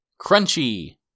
Crunchy